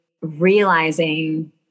realizing